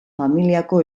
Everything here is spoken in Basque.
familiako